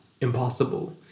impossible